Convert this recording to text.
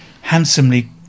handsomely